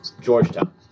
Georgetown